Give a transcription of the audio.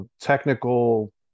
technical